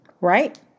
Right